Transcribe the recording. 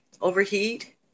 overheat